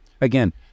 again